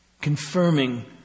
confirming